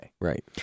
Right